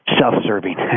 Self-serving